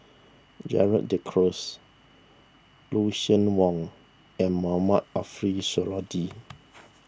Gerald De Cruz Lucien Wang and Mohamed Ariff Suradi